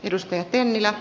arvoisa puhemies